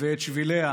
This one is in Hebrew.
ואת שביליה